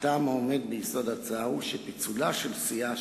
הטעם העומד ביסוד ההצעה הוא שפיצולה של סיעה,